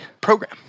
program